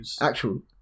Actual